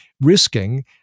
risking